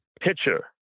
pitcher